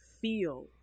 feel